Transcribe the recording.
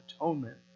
atonement